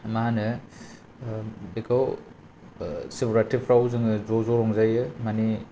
मा होनो बेखौ ओ शिबराथ्रिफ्राव जोङो ज' ज' रंजायो माने